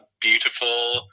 beautiful